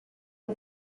for